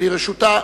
לראשותה